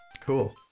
Cool